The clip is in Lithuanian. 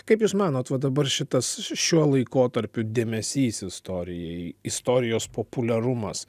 kaip jūs manot va dabar šitas šiuo laikotarpiu dėmesys istorijai istorijos populiarumas